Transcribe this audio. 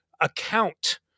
account